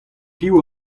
piv